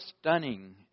stunning